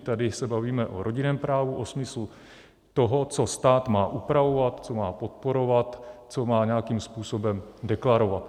Tady se bavíme o rodinném právu, o smyslu toho, co stát má upravovat, co má podporovat, co má nějakým způsobem deklarovat.